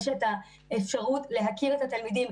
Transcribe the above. יש את האפשרות להכיר את התלמידים,